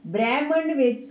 ਬ੍ਰਹਿਮੰਡ ਵਿੱਚ